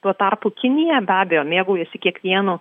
tuo tarpu kinija be abejo mėgaujasi kiekvienu